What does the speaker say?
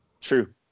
True